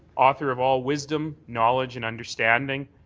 author of all wisdom, knowledge and understanding,